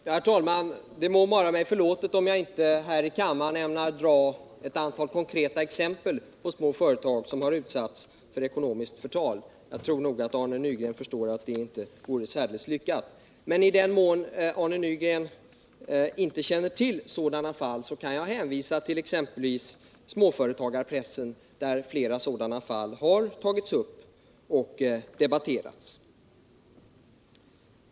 Herr talman! Det må vara mig förlåtet om jag här i kammaren inte ämnar dra ett antal konkreta exempel på små företag som har utsatts för ekonomiskt förtal. Jag tror att Arne Nygren förstår att det inte vore särdeles lyckat. I den mån Arne Nygren inte känner till sådana fall kan jag hänvisa till exempelvis småföretagarpressen, där flera har tagits upp och debatterats.